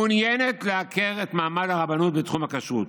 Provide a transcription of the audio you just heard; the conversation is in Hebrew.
מעוניינת לעקר את מעמד הרבנות בתחום הכשרות.